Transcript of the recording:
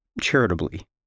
charitably